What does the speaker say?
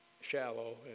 shallow